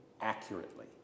accurately